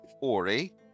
Ori